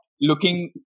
looking